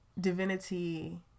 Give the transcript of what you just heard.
divinity